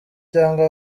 cyangwa